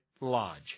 Lodge